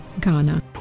Ghana